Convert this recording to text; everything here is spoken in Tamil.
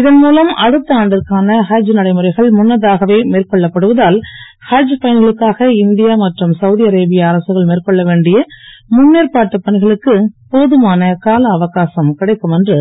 இதன் மூலம் அடுத்த ஆண்டிற்கான ஹஜ் நடைமுறைகள் முன்னதாகவே மேற்கொள்ளப்படுவதால் ஹஜ் பயணிகளுக்காக இந் யா மற்றும் சவு அரேபியா அரசுகள் மேற்கொள்ள வேண்டிய முன்னேற்பாட்டு பணிகளுக்கு போதுமாக கால அவகாசம் கிடைக்குமென்று